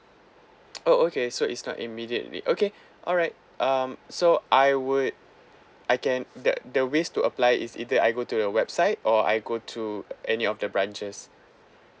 oh okay so it's not immediately okay alright um so I would I can the the ways to apply is either I go to the website or I go to any of the branches